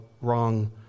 wrong